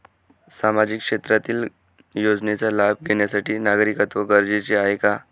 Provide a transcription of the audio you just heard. सामाजिक क्षेत्रातील योजनेचा लाभ घेण्यासाठी नागरिकत्व गरजेचे आहे का?